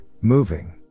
moving